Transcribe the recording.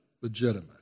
legitimate